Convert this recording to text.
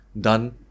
done